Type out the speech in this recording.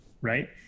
right